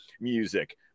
Music